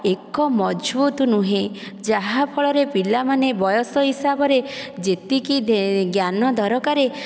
ଏକ ମଜଭୁତ ନୁହେଁ ଯାହା ଫଳରେ ପିଲା ଆମେ ବୟସ ହିସାବରେ ଯେତିକି ଜ୍ଞାନ ଦରକାର